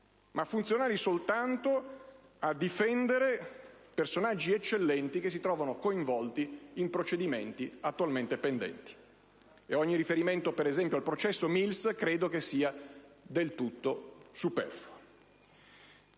ma funzionali soltanto a difendere personaggi eccellenti che si trovano coinvolti in procedimenti attualmente pendenti. Ogni riferimento al processo Mills credo che sia del tutto superfluo.